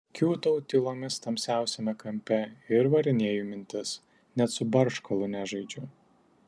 kiūtau tylomis tamsiausiame kampe ir varinėju mintis net su barškalu nežaidžiu